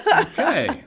Okay